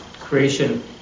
creation